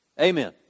Amen